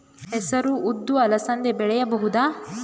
ಹೆಸರು ಉದ್ದು ಅಲಸಂದೆ ಬೆಳೆಯಬಹುದಾ?